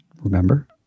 remember